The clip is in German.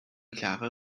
klare